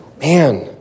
Man